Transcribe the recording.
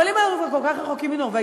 אבל אם אנחנו כבר כל כך רחוקים מנורבגיה,